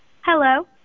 Hello